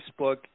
Facebook